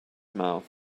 mouth